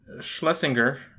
Schlesinger